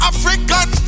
African